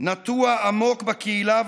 נטוע עמוק בקהילה,